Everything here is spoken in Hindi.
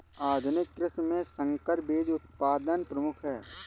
आधुनिक कृषि में संकर बीज उत्पादन प्रमुख है